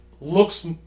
looks